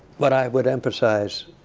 but i would emphasize